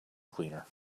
cleaner